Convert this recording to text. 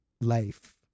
life